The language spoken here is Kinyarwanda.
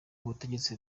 ubutegetsi